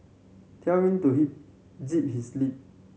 tell him to zip his lip